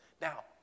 Now